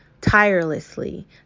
tirelessly